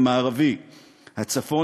המערבי הצפון